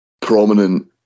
prominent